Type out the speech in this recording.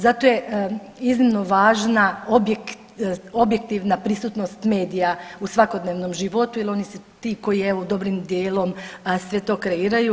Zato je iznimno važna objektivna prisutnost medija u svakodnevnom životu, jer oni su ti koji evo dobrim dijelom sve to kreiraju.